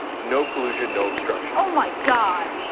no collusion, no obstruction. ah my god.